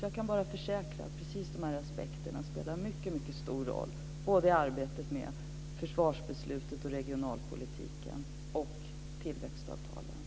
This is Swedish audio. Jag kan bara försäkra att precis de här aspekterna spelar en mycket stor roll både i arbetet med försvarsbeslutet och regionalpolitiken och när det gäller tillväxtavtalen.